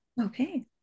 okay